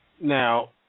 Now